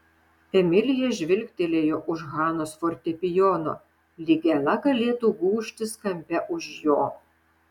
emilija žvilgtelėjo už hanos fortepijono lyg ela galėtų gūžtis kampe už jo